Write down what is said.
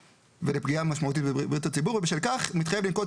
ולפגיעה משמעותית בבריאות הציבור ובשל כך מתחייב לנקוט